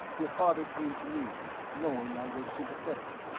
your father came to me, knowing i was sympathetic,